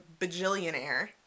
bajillionaire